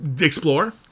Explore